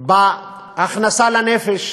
בהכנסה לנפש,